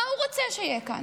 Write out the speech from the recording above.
מה הוא רוצה שיהיה כאן?